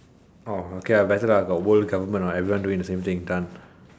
orh okay lah got world government everyone doing the same thing done